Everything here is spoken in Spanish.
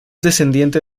descendiente